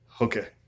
Okay